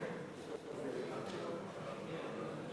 חוק ניירות ערך